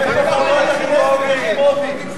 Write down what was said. איפה חברת הכנסת יחימוביץ?